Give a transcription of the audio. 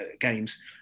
games